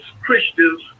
Christians